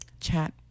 chat